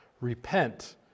repent